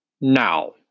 Now